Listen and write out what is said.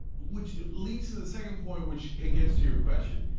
which leads to the second point, which gets to your question.